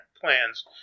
plans